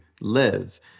live